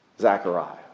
Zachariah